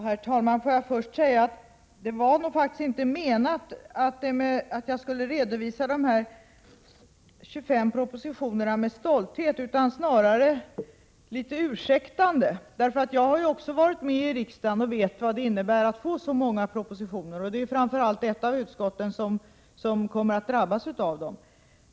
Herr talman! Får jag först säga att det faktiskt inte var menat att jag skulle redovisa de här 25 propositionerna med stolthet utan snarare litet ursäktande. Jag har ju också varit med i riksdagen och vet vad det innebär att få så många propositioner — och det är ju framför allt ett av utskotten som kommer att drabbas av dem.